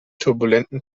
turbulenten